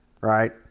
right